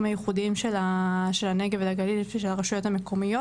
הייחודיים של הנגב והגליל ושל הרשות המקומיות.